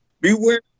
beware